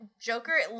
Joker